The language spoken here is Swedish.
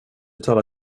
talar